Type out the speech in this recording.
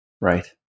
right